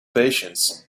patience